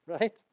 right